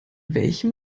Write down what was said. welchem